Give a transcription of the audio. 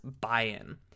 buy-in